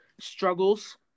struggles